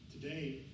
Today